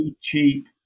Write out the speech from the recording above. cheap